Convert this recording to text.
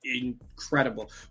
incredible